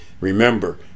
remember